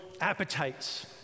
appetites